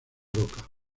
roca